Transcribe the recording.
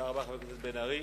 תודה רבה לחבר הכנסת בן-ארי.